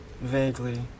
vaguely